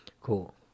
Cool